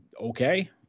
okay